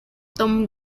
tom